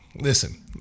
Listen